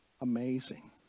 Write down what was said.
Amazing